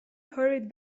hurried